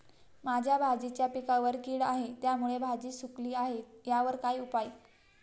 माझ्या भाजीच्या पिकावर कीड आहे त्यामुळे भाजी सुकली आहे यावर काय उपाय?